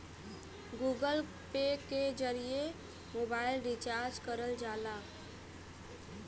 Google Pay के जरिए mobile recharge करल जाला